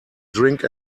drink